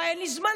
אין לי זמן,